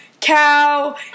Cow